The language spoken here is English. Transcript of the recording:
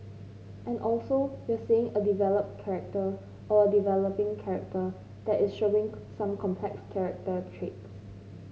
and also you're seeing a developed character or a developing character that is showing some complex character traits